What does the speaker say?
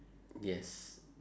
yes